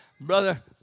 Brother